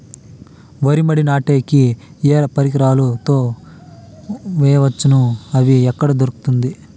వరి మడి నాటే కి ఏ పరికరాలు తో వేయవచ్చును అవి ఎక్కడ దొరుకుతుంది?